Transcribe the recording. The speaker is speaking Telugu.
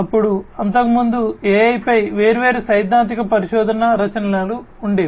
అప్పుడు అంతకుముందు AI పై వేర్వేరు సైద్ధాంతిక పరిశోధన రచనలు ఉండేవి